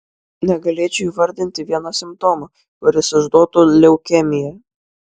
negalėčiau įvardinti vieno simptomo kuris išduotų leukemiją